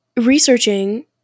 Researching